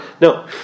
No